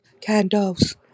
candles